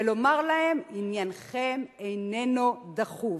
ולומר להם: עניינכם איננו דחוף.